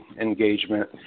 engagement